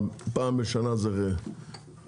אבל פעם בשנה זו חובה,